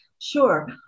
Sure